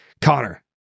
Connor